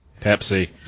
Pepsi